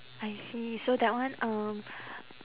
I see so that one um